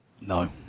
no